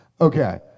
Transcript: Okay